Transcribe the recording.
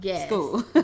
school